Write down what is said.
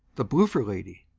the bloofer lady.